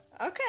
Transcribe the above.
okay